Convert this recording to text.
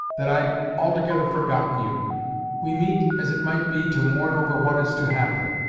that i'd altogether forgotten you we meet, as it might be to mourn over what is to happen.